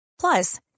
Plus